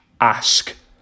ask